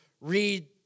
read